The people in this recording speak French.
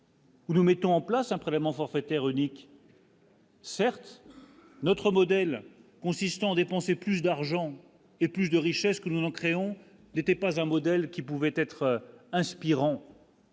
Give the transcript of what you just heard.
Nous mettons en place un prélèvement forfaitaire unique. Certes, notre modèle consistant à dépenser plus d'argent et plus de richesses que nous créons n'était pas un modèle qui pouvait être inspirant.